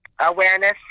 Awareness